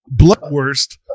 Bloodwurst